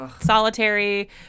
solitary